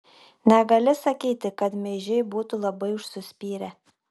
negali sakyti kad meižiai būtų labai užsispyrę